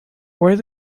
where